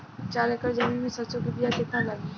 चार एकड़ जमीन में सरसों के बीया कितना लागी?